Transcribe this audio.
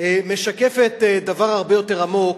משקפת דבר הרבה יותר עמוק.